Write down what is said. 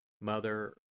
Mother